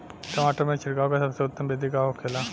टमाटर में छिड़काव का सबसे उत्तम बिदी का होखेला?